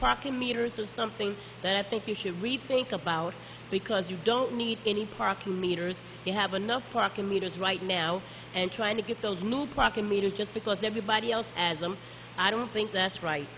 parking meters are something that i think you should rethink about because you don't need any parking meters you have enough parking meters right now and trying to get those new plug in meters just because everybody else as them i don't think that's right